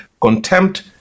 contempt